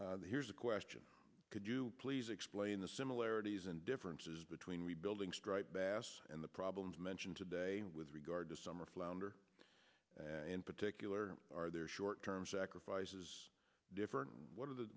stock here's a question could you please explain the similarities and differences between rebuilding striped bass and the problems mentioned today with regard to summer flounder and particular are there short term sacrifices different what are the